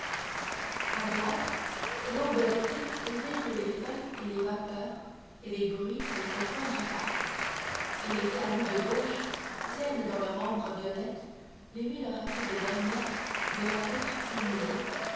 a droite l'aube d'été éveille les feuilles et les vapeurs et les bruits de ce coin du parc et les talus de gauche tiennent dans leur ombre violette les mille rapides ornières de la route humide